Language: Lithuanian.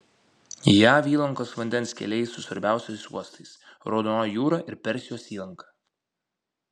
jav įlankos vandens keliai su svarbiausiais uostais raudonoji jūra ir persijos įlanka